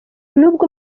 nubwo